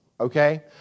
okay